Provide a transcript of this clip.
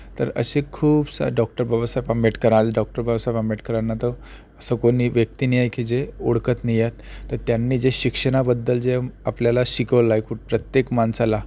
तर असे खूप सा डॉक्टर बाबासाहेब आंबेडकर आज डॉक्टर बाबासाहेब आंबेडकरांना तर असं कोणी व्यक्ती नाही आहे की जे ओळखत नाही आहे तर त्यांनी जे शिक्षणाबद्दल जे आपल्याला शिकवलं आहे की प्रत्येक माणसाला